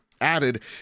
added